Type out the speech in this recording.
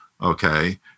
Okay